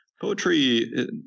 poetry